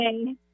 Okay